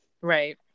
Right